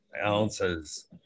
ounces